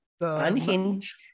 Unhinged